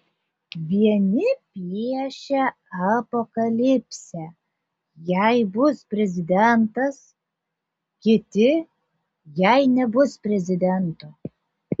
vieni piešia apokalipsę jei bus prezidentas kiti jei nebus prezidento